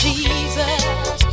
Jesus